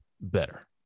better